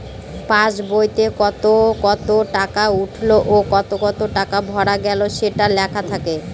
pass বইতে কত কত টাকা উঠলো ও কত কত টাকা ভরা গেলো সেটা লেখা থাকে